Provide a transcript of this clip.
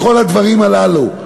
בכל הדברים הללו?